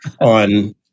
on